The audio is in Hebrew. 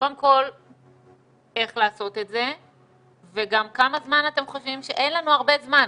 קודם כל איך לעשות את זה וגם כמה זמן אתם חושבים אין לנו הרבה זמן,